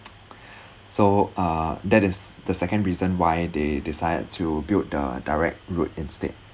so uh that is the second reason why they decided to build the direct route instead